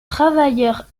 travailleurs